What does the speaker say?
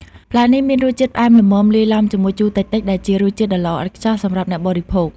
ផ្លែនេះមានរសជាតិផ្អែមល្មមលាយឡំជាមួយជូរតិចៗ ដែលជារសជាតិដ៏ល្អឥតខ្ចោះសម្រាប់អ្នកបរិភោគ។